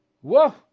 Whoa